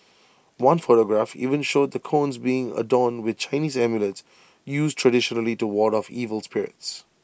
one photograph even showed the cones being adorn with Chinese amulets used traditionally to ward off evil spirits